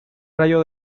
rayo